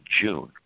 June